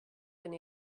been